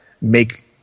make